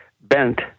bent